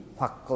hoặc